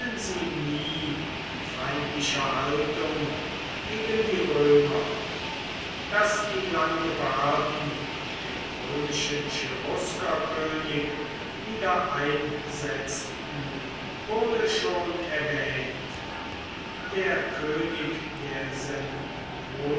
in feindlicher haltung gegen die römer daß die langobarden den römischen cheruskerkönig wieder einsetzten wurde schon erwähnt der könig der